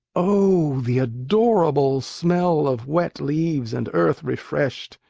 oh, the adorable smell of wet leaves and earth refreshed!